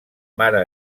mare